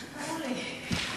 לא הודיעו לי.